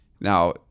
Now